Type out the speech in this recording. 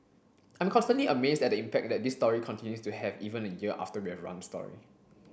I'm constantly amazed at the impact that this story continues to have even a year after we've run the story